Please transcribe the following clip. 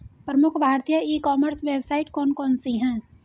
प्रमुख भारतीय e commerce website कौन कौन सी हैं?